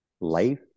life